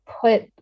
put